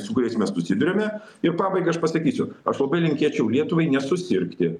su kuriais mes susiduriame ir pabaigai aš pasakysiu aš labai linkėčiau lietuvai nesusirgti